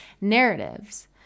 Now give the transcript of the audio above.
narratives